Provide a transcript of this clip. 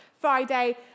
Friday